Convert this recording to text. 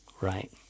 right